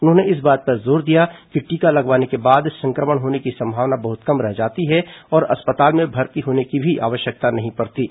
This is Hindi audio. उन्होंने इस बात पर जोर दिया कि टीका लगवाने के बाद संक्रमण होने की संभावना बहुत कम रह जाती है और अस्पताल में भर्ती होने की भी आवश्यकता नहीं पडती है